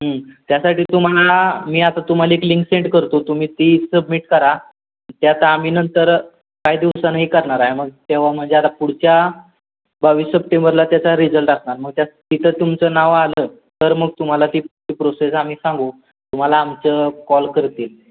त्यासाठी तुम्हाला मी आता तुम्हाला एक लिंक सेंड करतो तुम्ही ती सबमिट करा त्याचा आम्ही नंतर काही दिवसानी करणार आहे मग तेव्हा म्हणजे आता पुढच्या बावीस सप्टेंबरला त्याचा रिझल्ट असणार मग त्या तिथं तुमचं नाव आलं तर मग तुम्हाला ती प्रोसेस आम्ही सांगू तुम्हाला आमचं कॉल करतील